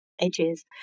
edges